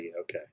Okay